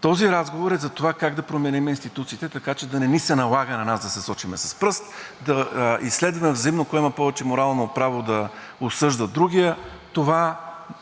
Този разговор е за това как да променим институциите, така че да не ни се налага на нас да се сочим с пръст, да изследваме взаимно кой има повече морално право да осъжда другия. Това